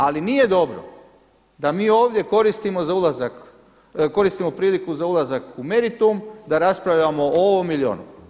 Ali nije dobro da mi ovdje koristimo za ulazak, koristimo priliku za ulazak u meritum, da raspravljamo o ovom ili onom.